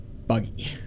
buggy